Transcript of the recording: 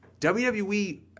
WWE